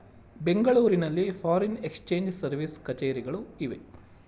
ಬೆಂಗಳೂರಿನಲ್ಲಿ foreign exchange service ಕಛೇರಿಗಳು ಇವೆ